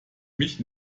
mich